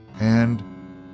and